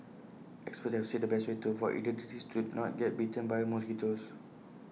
experts have said the best way to avoid either disease is to not get bitten by mosquitoes